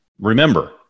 remember